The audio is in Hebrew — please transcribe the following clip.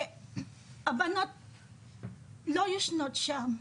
הבנות לא אוכלות שם,